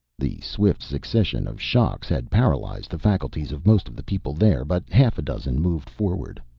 the swift succession of shocks had paralyzed the faculties of most of the people there, but half a dozen moved forward.